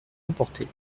apporter